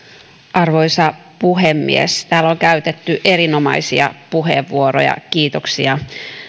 arvoisa puhemies täällä on käytetty erinomaisia puheenvuoroja kiitoksia